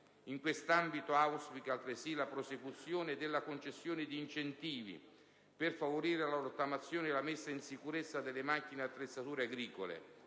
In questo ambito, essa auspica altresì la prosecuzione della concessione di incentivi per favorire la rottamazione e la messa in sicurezza delle macchine e attrezzature agricole,